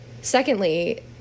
secondly